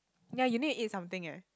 ya you need to eat something eh